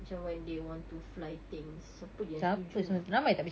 macam when they want to fly things siapa jer yang setuju